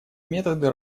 методы